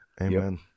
amen